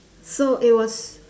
so it was